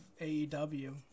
AEW